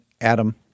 Adam